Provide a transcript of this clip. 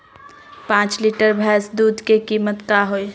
पाँच लीटर भेस दूध के कीमत का होई?